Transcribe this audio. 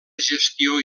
gestió